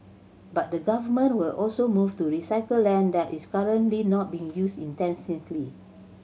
but the Government will also move to recycle land that is currently not being used intensely